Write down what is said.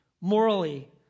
morally